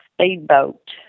speedboat